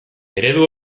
eredu